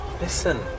Listen